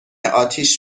اتیش